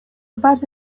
about